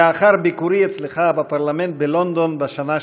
לאחר ביקורי אצלך בפרלמנט בלונדון בשנה שעברה,